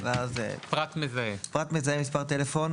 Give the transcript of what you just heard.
"פרט מזהה מספר טלפון",